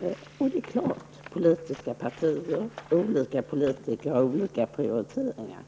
Men politiska partier och olika politiker gör självfallet olika prioriteringar.